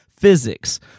Physics